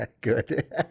Good